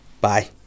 Bye